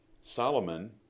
Solomon